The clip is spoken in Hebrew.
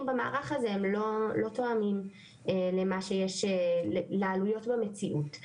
במערך הזה הם לא תואמים למה שיש ולעלויות במציאות,